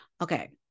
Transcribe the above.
Okay